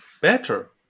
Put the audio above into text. better